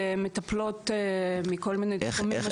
מטפלות מכל מיני תחומים.